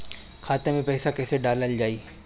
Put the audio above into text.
खाते मे पैसा कैसे डालल जाई?